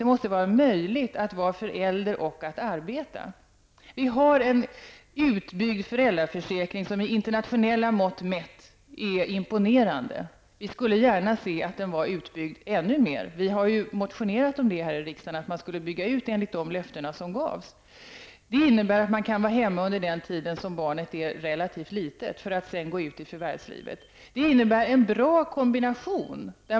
Det måste vara möjligt att vara förälder och att arbeta. Vi har en utbyggd föräldraförsäkring som med internationella mått mätt är imponerande. Vi skulle gärna se att den var ännu mer utbyggd -- vi har motionerat om att man skulle bygga ut den efter de löften som gavs. Det innebär att man kan vara hemma under den tid då barnet är relativt litet för att sedan gå ut i förvärvslivet. Det är en bra kombination.